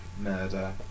Murder